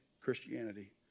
Christianity